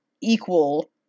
equal